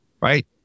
right